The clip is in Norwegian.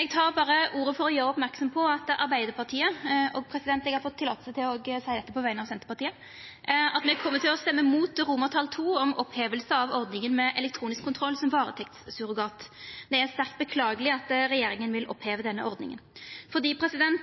Eg tek ordet berre for å gjera merksam på at Arbeiderpartiet – eg har fått tillating til å seia dette òg på vegner av Senterpartiet – kjem til å stemma imot II om oppheving av ordninga med elektronisk kontroll som varetektssurrogat. Det er sterkt beklageleg at regjeringa vil oppheva denne ordninga.